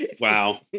wow